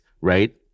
right